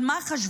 על מה חשבו?